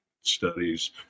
studies